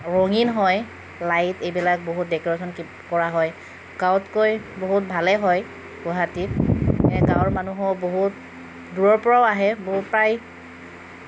ৰঙীন হয় লাইট এইবিলাক বহুত ডেক'ৰেশ্যন কৰা হয় গাঁৱতকৈ বহুত ভালে হয় গুৱাহাটীত এইয়া গাঁৱৰ মানুহো বহুত দূৰৰ পৰাও আহে বহুত প্ৰায়